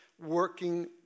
working